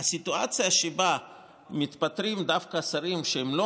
הסיטואציה שבה מתפטרים דווקא שרים שהם לא